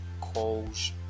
calls